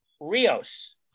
Rios